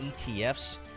ETFs